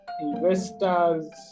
investors